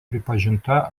pripažinta